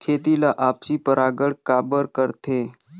खेती ला आपसी परागण काबर करथे?